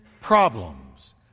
problems